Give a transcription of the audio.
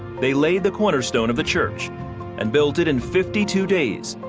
they laid the cornerstone of the church and built it in fifty two days,